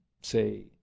say